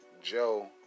Joe